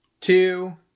Two